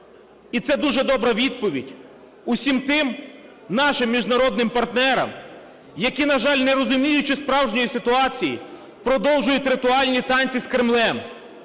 І це дуже добра відповідь усім тим нашим міжнародним партнерам, які, на жаль, не розуміючи справжньої ситуації продовжують "ритуальні танці" з Кремлем.